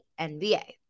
NBA